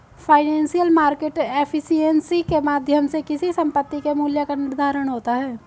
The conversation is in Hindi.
फाइनेंशियल मार्केट एफिशिएंसी के माध्यम से किसी संपत्ति के मूल्य का निर्धारण होता है